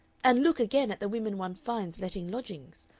and look, again, at the women one finds letting lodgings.